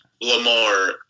Lamar